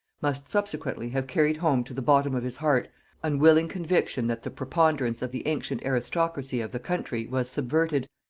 must subsequently have carried home to the bottom of his heart unwilling conviction that the preponderance of the ancient aristocracy of the country was subverted,